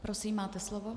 Prosím, máte slovo.